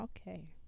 Okay